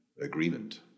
agreement